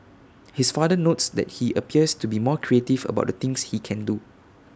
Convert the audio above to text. his father notes that he appears to be more creative about the things he can do